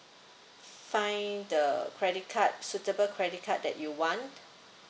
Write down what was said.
find the credit card suitable credit card that you want